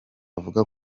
avuga